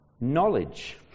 Knowledge